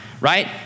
right